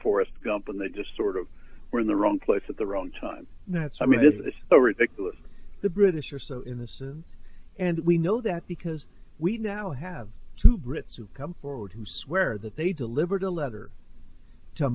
forrest gump and they just sort of were in the wrong place at the wrong time and that's i mean this is so ridiculous the british are so innocent and we know that because we now have two brits who come forward who swear that they delivered a letter to